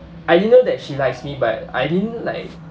I didn't know that she likes me but I didn't like